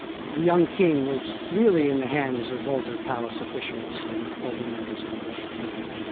the young king was really in the hands of older palace officials and older members of the royal family,